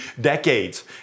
decades